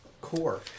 Core